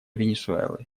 венесуэлы